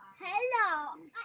Hello